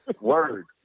Word